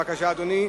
בבקשה, אדוני.